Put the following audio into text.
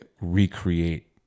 recreate